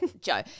Joe